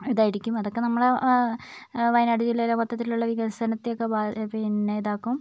ഇതായിരിക്കും അതൊക്കെ നമ്മൾ വയനാട് ജില്ലയിലെ മൊത്തത്തിലുള്ള വികസനത്തെ ഒക്കെ ബാധിക്കും പിന്നെ ഇതാക്കും